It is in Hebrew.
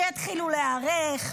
שיתחילו להיערך,